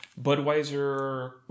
Budweiser